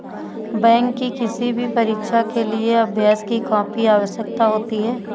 bank की किसी भी परीक्षा के लिए अभ्यास की काफी आवश्यकता होती है